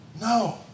No